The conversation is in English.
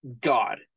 God